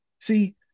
See